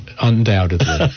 undoubtedly